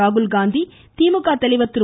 ராகுல்காந்தி திமுக தலைவர் திரு